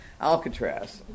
Alcatraz